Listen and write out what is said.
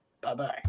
bye-bye